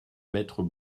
maîtres